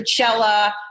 Coachella